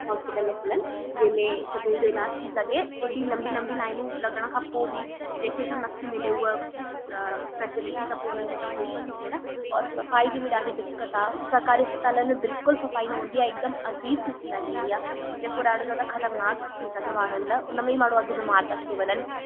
hospital खुलनि जंहिंमें सभिनि जो इलाजु थी सघे एॾी लंबी लंबी लाइनूं लॻण खां पोइ बि जंहिंखे जो नथी मिले उहा फैसिलिटी त पोइ उन्हनि जी तकलीफ़ु थी थिए न और सफ़ाई जी बि ॾाढी दिक़त आहे सरकारी अस्पतालुनि में बिल्कुलु सफ़ाई न हूंदी आहे हिकदमि अजीब सी स्मैल ईंदी आहे जेको ॾाढो ज्यादा ख़तरनाकु थी सघे माण्हुनि लाइ उन में ई माण्हू अधु बीमारु था थी वञनि